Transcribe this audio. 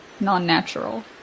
non-natural